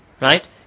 right